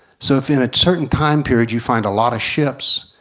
so if in a certain time period you find a lot of ships,